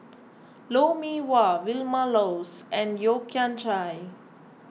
Lou Mee Wah Vilma Laus and Yeo Kian Chai